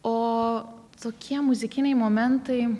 o tokie muzikiniai momentai